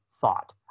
thought